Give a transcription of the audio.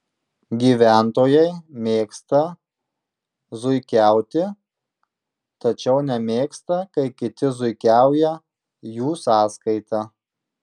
gyventojai mėgsta zuikiauti tačiau nemėgsta kai kiti zuikiauja jų sąskaita